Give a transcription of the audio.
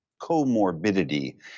Comorbidity